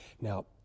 Now